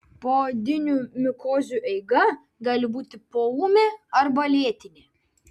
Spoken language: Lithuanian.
poodinių mikozių eiga gali būti poūmė arba lėtinė